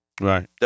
Right